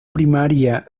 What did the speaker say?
primaria